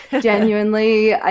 genuinely